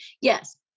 yes